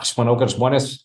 aš manau kad žmonės